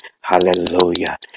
Hallelujah